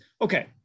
Okay